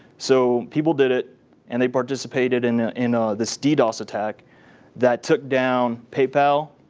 so people did it and they participated in in ah this ddos attack that took down paypal,